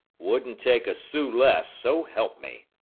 wouldn't take a sou less, so help me.